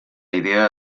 idea